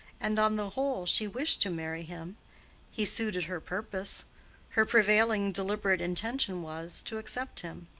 and on the whole she wished to marry him he suited her purpose her prevailing, deliberate intention was, to accept him.